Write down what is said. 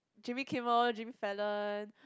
Jimmy-Kimmel Jimmy-Fallon